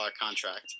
contract